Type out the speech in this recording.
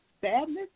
sadness